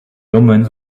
omens